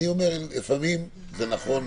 לפעמים זה נכון,